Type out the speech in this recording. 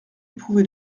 éprouvé